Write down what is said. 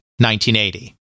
1980